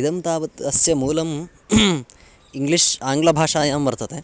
इदं तावत् अस्य मूलम् इङ्ग्लिश् आङ्ग्लभाषायां वर्तते